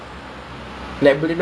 bodoh [pe]